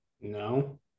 No